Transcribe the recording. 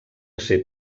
ser